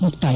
ಮುಕ್ತಾಯ